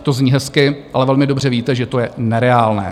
To zní hezky, ale velmi dobře víte, že to je nereálné.